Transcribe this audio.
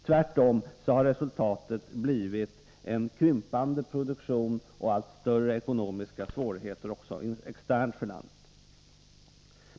Tvärtom har resultatet blivit en krympande produktion och allt större ekonomiska svårigheter, också externt, för landet.